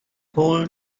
whole